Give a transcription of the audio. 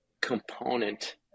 component